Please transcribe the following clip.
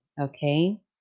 Okay